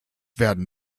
werden